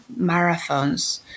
marathons